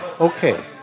Okay